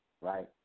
right